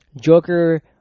Joker